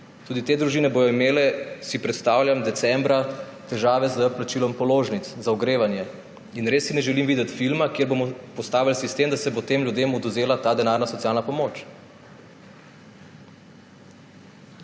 tudi te družine bodo imele, si predstavljam, decembra težave s plačilom položnic za ogrevanje. Res si ne želim videti filma, kjer bomo postavili sistem, da se bo tem ljudem odvzela ta denarna socialna pomoč.